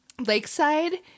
Lakeside